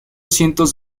cientos